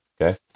Okay